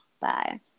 Bye